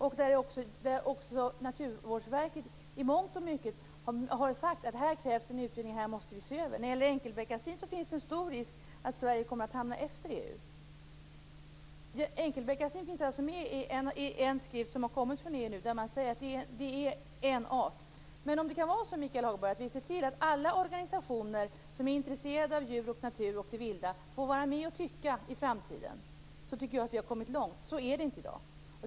Och också Naturvårdsverket har i mångt och mycket sagt att det krävs en utredning och att detta måste ses över. När det gäller enkelbeckasinen finns det en stor risk att Sverige kommer att hamna efter i EU. Enkelbeckasinen finns alltså med i en skrift som har kommit från EU, där man säger att det är en art. Men, Michael Hagberg, om vi ser till att alla organisationer som är intresserade av djur och natur och det vilda får vara med och tycka i framtiden har vi kommit långt. Så är det inte i dag.